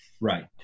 Right